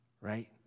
right